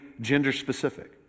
gender-specific